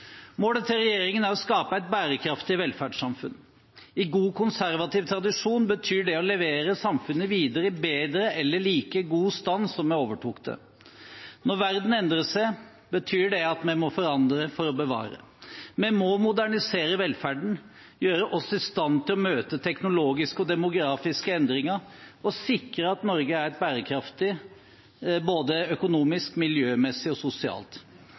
Målet til regjeringen er å skape et bærekraftig velferdssamfunn. I god konservativ tradisjon betyr det å levere samfunnet videre i bedre eller like god stand som da vi overtok det. Når verden endrer seg, betyr det at vi må forandre for å bevare. Vi må modernisere velferden, gjøre oss i stand til å møte teknologiske og demografiske endringer og sikre at Norge er bærekraftig, både økonomisk, miljømessig og sosialt.